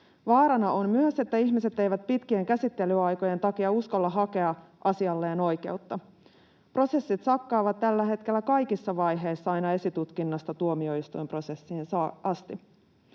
Vaarana on myös, että ihmiset eivät pitkien käsittelyaikojen takia uskalla hakea asialleen oikeutta. Prosessit sakkaavat tällä hetkellä kaikissa vaiheissa aina esitutkinnasta tuomioistuinprosessiin asti.